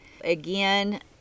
Again